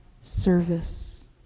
service